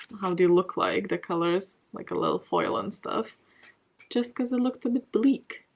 how they look like. the colors, like, a little foil and stuff just because it looked a bit bleak